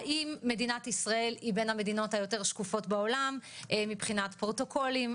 האם מדינת ישראל היא בין המדינות השקופות בעולם מבחינת פרוטוקולים,